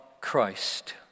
Christ